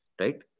Right